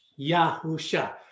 Yahusha